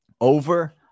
over